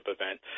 event